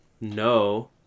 no